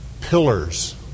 pillars